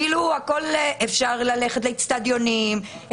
אפשר ללכת לאצטדיונים,